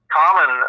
common